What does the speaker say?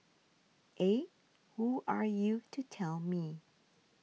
eh who are you to tell me